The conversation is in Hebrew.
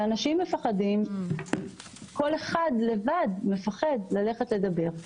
אנשים מפחדים, כל אחד לבד, לדבר.